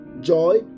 joy